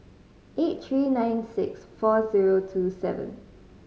eight three nine six four zero two seven